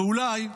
ואולי,